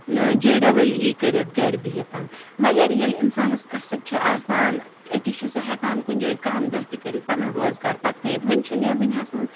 J double ای کٔرِتھ گَرِ بِہِتھ مگر ییٚلہِ اِنسانَس کَسٕب چھِ آسان أتی چھِ سُہ ہٮ۪کان کُنہِ جاے کامہِ دۄہ تہِ کٔرِتھ پَنُن روزگار پَکنٲوِتھ وٕنہِ چھِنہٕ یَتھ دُنیاہَس منٛز